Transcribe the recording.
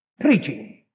preaching